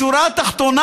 בשורה התחתונה,